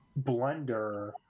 blender